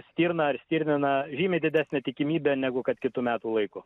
stirną ar stirniną žymiai didesnė tikimybė negu kad kitu metų laiku